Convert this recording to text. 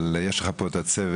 אבל יש לך פה את הצוות,